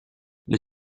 les